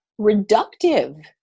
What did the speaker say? reductive